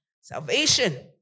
salvation